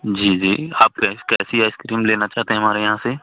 जी जी आप कैसी आइसक्रीम लेना चाहते हैं हमारे यहाँ से